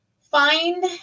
find